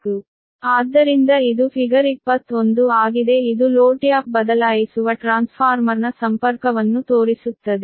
ಆದ್ದರಿಂದ ಇದು ಫಿಗರ್ 21 ಆಗಿದೆ ಇದು ಲೋಡ್ ಟ್ಯಾಪ್ ಬದಲಾಯಿಸುವ ಟ್ರಾನ್ಸ್ಫಾರ್ಮರ್ನ ಸಂಪರ್ಕವನ್ನು ತೋರಿಸುತ್ತದೆ